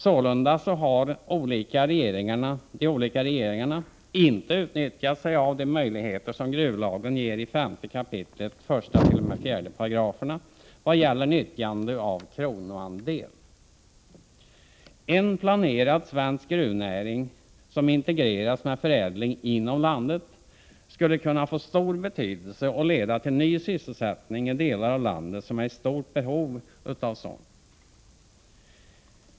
Sålunda har de olika regeringarna inte utnyttjat sig av de möjligheter som gruvlagen ger i 5 kap. 14 §§ i vad gäller nyttjande av kronoandel. En planerad svensk gruvnäring som integreras med förädling inom landet skulle kunna få stor betydelse och leda till ny sysselsättning i delar av landet som är i stort behov därav.